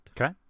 Okay